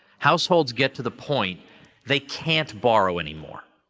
households get to the point they can't borrow any more.